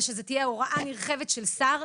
ושזו תהיה הוראה נרחבת של שר,